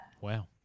Wow